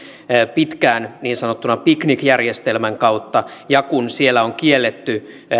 pitkään niin sanotusti piknikjärjestelmän kautta ja kun siellä on kielletty